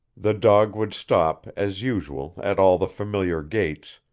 the dog would stop, as usual, at all the familiar gates,